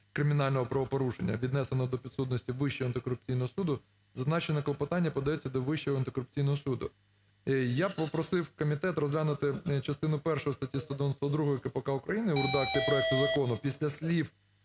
кримінального правопорушення, віднесено до підсудності Вищого антикорупційного суду, зазначене клопотання подається до Вищого антикорупційного суду". Я попросив комітет розглянути частину першу статті 192 КПК України (у редакції проекту закону) після слів